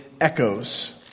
echoes